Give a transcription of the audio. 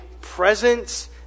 presence